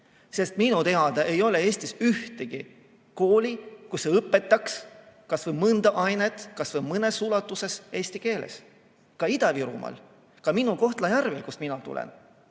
Sest minu teada ei ole Eestis ühtegi kooli, kus ei õpetataks kas või mõnda ainet kas või mingis ulatuses eesti keeles. Seda ka Ida-Virumaal, ka minu Kohtla-Järvel, kust mina tulen.